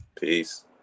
Peace